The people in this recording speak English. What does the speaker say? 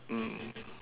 mm